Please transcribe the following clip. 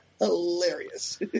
hilarious